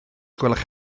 gwelwch